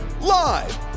Live